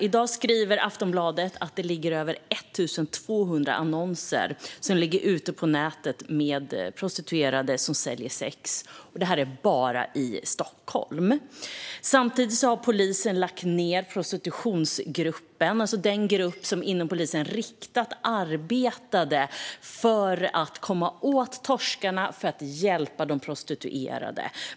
I dag skriver Aftonbladet att det ligger över 1 200 annonser ute på nätet för prostituerade som säljer sex, och det är bara i Stockholm. Samtidigt har polisen lagt ned prostitutionsgruppen, alltså den grupp inom polisen som arbetade riktat för att komma åt torskarna och hjälpa de prostituerade.